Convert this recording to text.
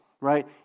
right